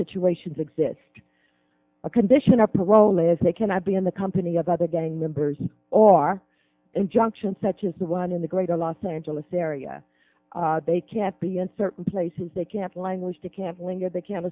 situations exist a condition of parole is they can i be in the company of other gang members or injunctions such as the one in the greater los angeles area they can't be in certain places they can't languish to canceling or they can't